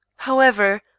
however,